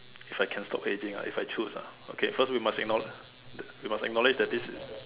if I can stop aging ah if I choose ah okay first we must acknow~ we must acknowledge that this